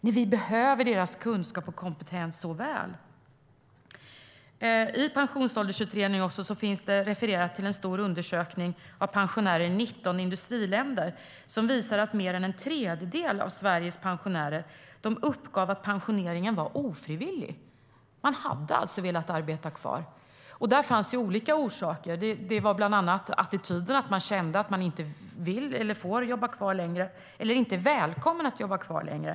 Men vi behöver deras kunskap och kompetens så väl. I Pensionsåldersutredningen refereras det till en stor undersökning av pensionärer i 19 industriländer som visar att mer än tredjedel av Sveriges pensionärer uppgav att pensioneringen var ofrivillig. De hade alltså velat arbeta kvar. Det fanns olika orsaker till det. Det handlade bland annat om attityder. De kände att de inte fick jobba kvar längre eller inte var välkomna att jobba kvar längre.